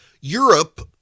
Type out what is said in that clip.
Europe